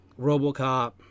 Robocop